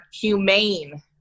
humane